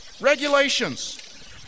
regulations